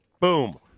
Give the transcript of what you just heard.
Boom